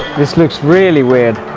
this looks really weird.